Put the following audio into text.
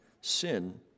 sin